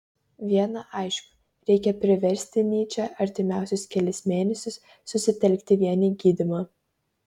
viena aišku reikia priversti nyčę artimiausius kelis mėnesius susitelkti vien į gydymą